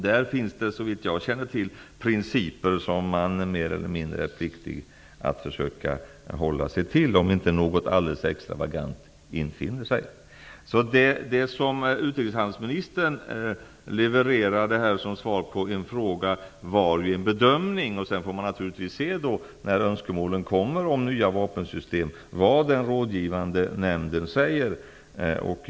Där finns det, såvitt jag känner till, principer som man är mer eller mindre pliktig att försöka hålla sig till om inte något alldeles extra händer. Det som utrikeshandelsministern sade som svar på en fråga var en bedömning. Sedan får man se när önskemålen kommer om nya vapensystem vad den rådgivande nämnden säger.